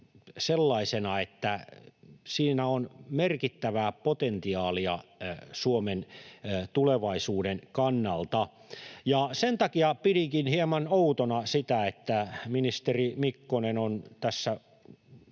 sellaisena, että siinä on merkittävää potentiaalia Suomen tulevaisuuden kannalta. Sen takia pidinkin hieman outona sitä, että ministeri Mikkonen on tässä